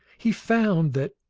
he found that,